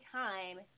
time